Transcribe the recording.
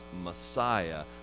Messiah